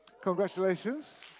Congratulations